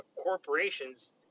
corporations